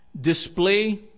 display